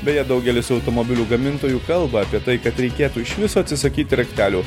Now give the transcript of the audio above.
beje daugelis automobilių gamintojų kalba apie tai kad reikėtų iš viso atsisakyti raktelių